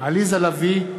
עליזה לביא,